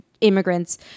immigrants